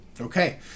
Okay